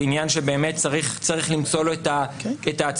זה עניין שבאמת צריך למצוא לו את ההצדקה